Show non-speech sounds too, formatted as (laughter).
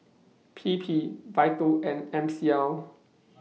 P P Vital and M C L (noise)